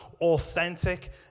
authentic